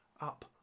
up